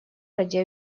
ради